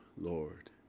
Lord